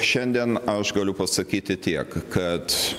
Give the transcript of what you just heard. šiandien aš galiu pasakyti tiek kad